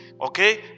okay